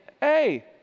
hey